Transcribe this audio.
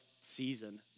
season